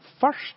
first